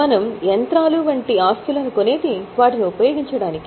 మనం యంత్రాలు వంటి ఆస్తులను కొనేది వాటిని ఉపయోగించడానికే